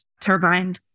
turbine